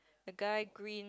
the guy green